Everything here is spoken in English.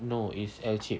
no it's L shaped